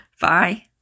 Bye